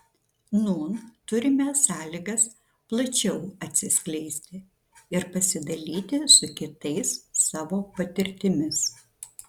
nūn turime sąlygas plačiau atsiskleisti ir pasidalyti su kitais savo patirtimis